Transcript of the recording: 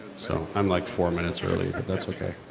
so i'm like four minutes early, but that's okay.